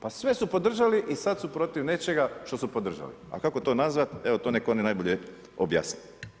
Pa sve su podržali i sad su protiv nečega što su podržali, a kako to nazvat, evo to nek oni najbolje objasne.